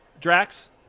Drax